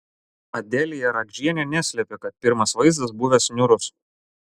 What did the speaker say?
adelija radžienė neslėpė kad pirmas vaizdas buvęs niūrus